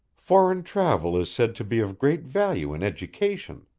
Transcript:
foreign travel is said to be of great value in education,